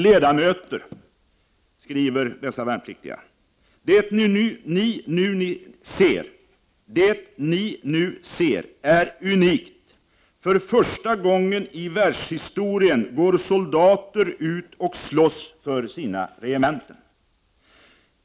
Jag fortsätter att läsa: Det ni nu ser är unikt, för första gången i världshistorien går soldater ut och slåss för sina regementen.